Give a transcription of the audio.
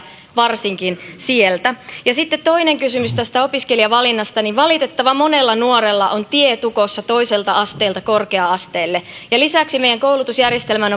varsinkin sieltä sitten toinen kysymys tästä opiskelijavalinnasta valitettavan monella nuorella on tie tukossa toiselta asteelta korkea asteelle lisäksi meidän koulutusjärjestelmään